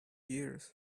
years